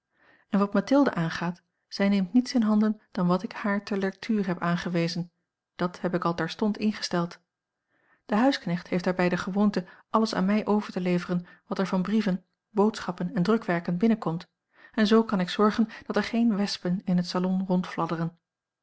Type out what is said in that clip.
en wat mathilde aangaat zij neemt niets in handen dan wat ik haar ter lectuur heb aangewezen dat heb ik al terstond ingesteld de huisknecht heeft daarbij de gewoonte alles aan mij over te leveren wat er van brieven boodschappen on drukwerken binnenkomt en zoo kan ik zorgen dat er geen wespen in het salon